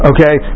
Okay